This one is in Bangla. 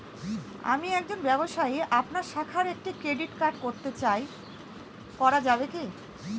আমি একজন ব্যবসায়ী আপনার শাখায় একটি ক্রেডিট কার্ড করতে চাই করা যাবে কি?